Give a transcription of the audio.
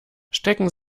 stecken